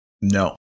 No